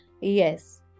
yes